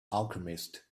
alchemist